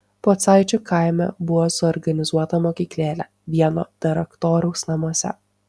pocaičių kaime buvo suorganizuota mokyklėlė vieno daraktoriaus namuose